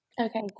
Okay